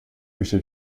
pista